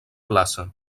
plaça